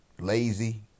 Lazy